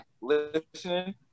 listening